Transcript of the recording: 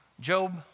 Job